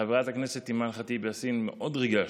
חברת הכנסת אימאן ח'טיב יאסין, מאוד ריגשת.